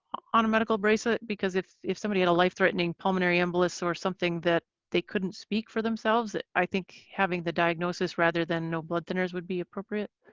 on a medical bracelet. because if if somebody had a life-threatening pulmonary embolus or something that they couldn't speak for themselves i think having the diagnosis rather than no blood thinners would be appropriate.